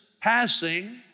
passing